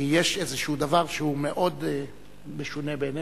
כי יש איזה דבר שהוא מאוד משונה בעינינו.